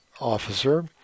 Officer